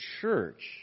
church